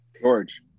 George